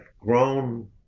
grown